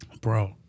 bro